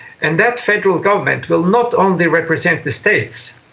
and that federal government will not only represent the states,